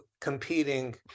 competing